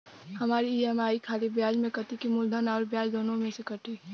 हमार ई.एम.आई खाली ब्याज में कती की मूलधन अउर ब्याज दोनों में से कटी?